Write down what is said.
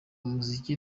muzika